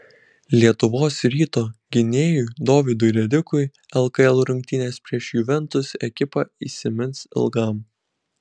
lietuvos ryto gynėjui dovydui redikui lkl rungtynės prieš juventus ekipą įsimins ilgam